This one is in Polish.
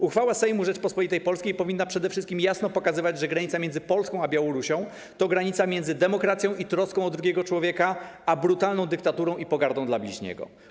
Uchwała Sejmu Rzeczypospolitej Polskiej powinna przede wszystkim jasno pokazywać, że granica między Polską a Białorusią to granica między demokracją i troską o drugiego człowieka a brutalną dyktaturą i pogardą dla bliźniego.